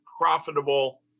profitable